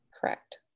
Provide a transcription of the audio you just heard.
Correct